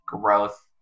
growth